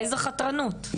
איזו חתרנות?